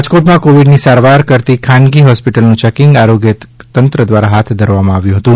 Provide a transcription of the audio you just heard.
રાજકોટમાં કોવિડની સારવાર કરતી ખાનગી હોસ્પિટલનું ચેકિંગ આરોગ્ય તંત્ર દ્વારા હાથ ધરવામાં આવ્યું હતું